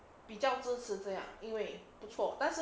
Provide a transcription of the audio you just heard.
比较支持这样因为不错但是